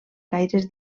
gaires